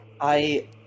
I-